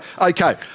okay